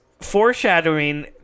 foreshadowing